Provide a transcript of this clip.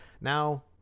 now